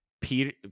Peter